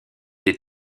des